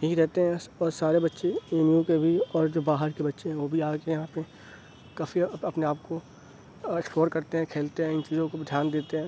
یہیں رہتے ہیں اور سارے بچے اے ایم یو کے بھی اور جو باہر کے بچے ہیں وہ بھی آکے یہاں پہ کافی اپنے آپ کو ایکسپلور کرتے ہیں کھیلتے ہیں اِن چیزوں کو بھی دھیان دیتے ہیں